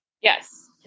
Yes